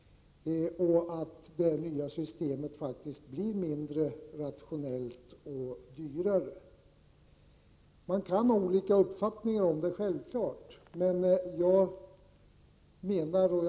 Det nya systemet blir faktiskt mindre rationellt och dyrare. Men man kan självfallet ha olika uppfattningar.